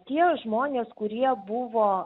tie žmonės kurie buvo